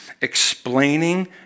explaining